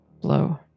blow